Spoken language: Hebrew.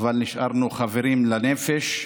אבל נשארנו חברים בנפש,